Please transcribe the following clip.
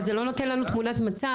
אבל זה לא נותן לנו תמונת מצב,